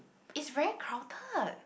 it's very crowded